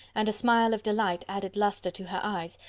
and a smile of delight added lustre to her eyes,